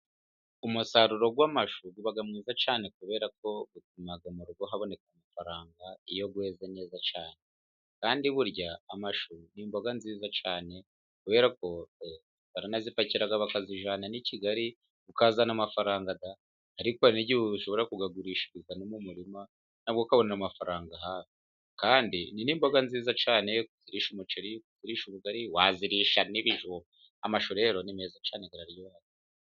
Umusaruro w'amashu uba mwiza cyane ,kubera ko utuma mu rugo haboneka amafaranga iyo weze neza cyane ,kandi burya amashu ni imboga nziza cyane ,kubera ko baranazipakira bakazijyana n'i Kigali ukazana amafaranga da !Ariko hari n'igihe ushobora kuyagurishiriza no mu murima cyangwa ukabona amafaranga hafi, kandi ni n'imboga nziza cyane, kuzirisha umuceri ,kuzirisha ubugari, wazirisha n'ibijumba amashu rero ni meza cyane araryoha.